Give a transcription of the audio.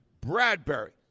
Bradbury